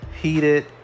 heated